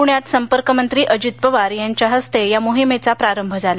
पुण्यात संपर्क मंत्री अजित पवार यांच्या हस्ते या मोहिमेचा प्रारंभ झाला